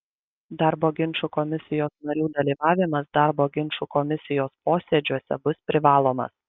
darbo ginčų komisijos narių dalyvavimas darbo ginčų komisijos posėdžiuose bus privalomas